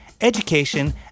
education